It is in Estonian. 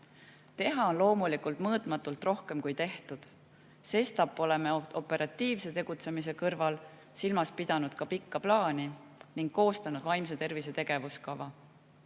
Teha on loomulikult mõõtmatult rohkem, kui on tehtud. Sestap oleme operatiivse tegutsemise kõrval silmas pidanud ka pikka plaani ning koostanud vaimse tervise tegevuskava.